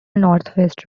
northwest